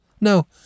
no